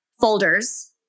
folders